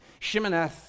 Shimoneth